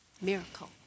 Miracle